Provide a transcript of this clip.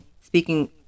speaking